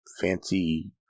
fancy